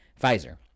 Pfizer